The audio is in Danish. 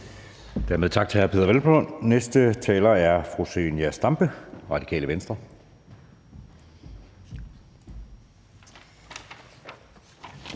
Dermed tak til hr. Peder Hvelplund. Næste taler er fru Zenia Stampe, Radikale Venstre.